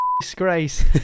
disgrace